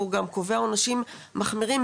והוא גם קובע עונשים מחמירים,